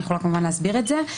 אני יכולה כמובן להסביר את זה.